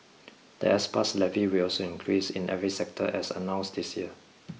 the S Pass Levy will also increase in every sector as announced this year